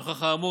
נוכח האמור,